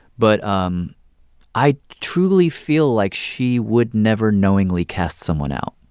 but um i truly feel like she would never knowingly cast someone out.